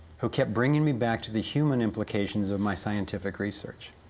who kept bringing me back to the human implications of my scientific research.